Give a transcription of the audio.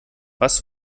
was